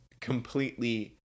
completely